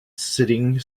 sitting